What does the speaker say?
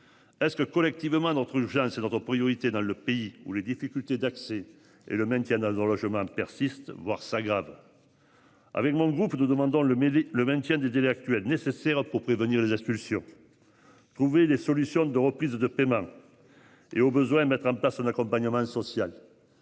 Est-ce que collectivement d'entre gens c'est notre priorité dans le pays où les difficultés d'accès et le maintien dans leur logement persistent, voire s'aggravent. Avec mon groupe, nous demandons le mêler le maintien du délai actuel nécessaires pour prévenir les expulsions. Trouver les solutions de reprise de paiement. Et au besoin et mettre en place. Un accompagnement social.